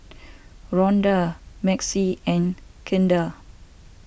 Rhonda Maxie and Kendall